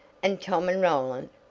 and tom and roland,